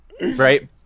right